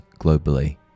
globally